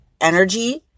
energy